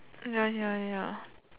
ya ya ya